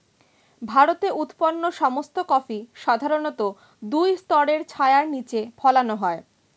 ভারতে উৎপন্ন সমস্ত কফি সাধারণত দুই স্তরের ছায়ার নিচে ফলানো হয়